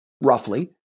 roughly